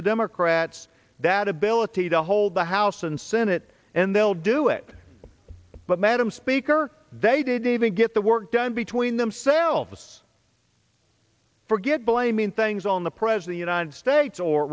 the democrats that ability to hold the house and senate and they will do it but madam speaker they didn't even get the work done between themselves forget blaming things on the pres the united states or